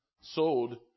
sold